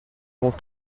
vont